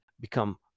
become